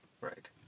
Right